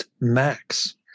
Max